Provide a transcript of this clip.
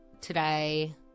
today